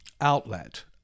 outlet